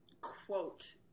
quote